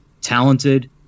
talented